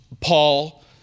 Paul